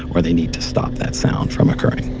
or they need to stop that sound from occurring